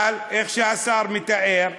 אבל, איך שהשר מתאר,